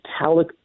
metallic